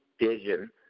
Vision